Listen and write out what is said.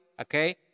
okay